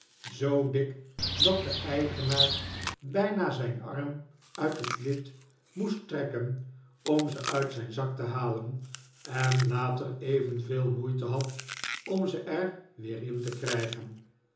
zoo dik dat de eigenaar bijna zijn arm uit het lid moest trekken om ze uit zijn zak te halen en later evenveel moeite had om ze er weer in te krijgen